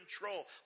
control